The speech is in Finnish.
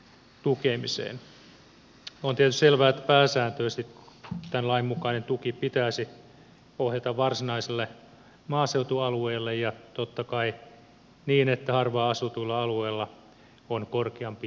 on tietysti selvää että pääsääntöisesti tämän lain mukainen tuki pitäisi ohjata varsinaiselle maaseutualueelle ja totta kai niin että harvaan asutuilla alueilla on korkeampi tuki intensiteetti